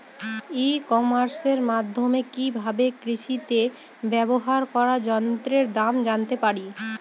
ই কমার্সের মাধ্যমে কি ভাবে কৃষিতে ব্যবহার করা যন্ত্রের দাম জানতে পারি?